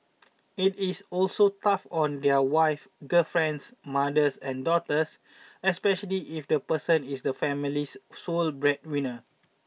it is also tough on their wives girlfriends mothers and daughters especially if the person is the family's sole breadwinner